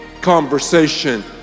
conversation